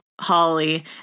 holly